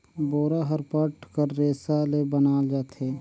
बोरा हर पट कर रेसा ले बनाल जाथे